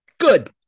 good